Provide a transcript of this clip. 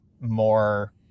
more